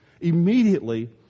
immediately